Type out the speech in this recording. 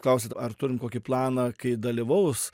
klausiat ar turim kokį planą kai dalyvaus